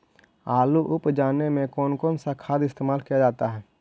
आलू उप जाने में कौन कौन सा खाद इस्तेमाल क्या जाता है?